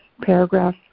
paragraph